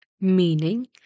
Meaning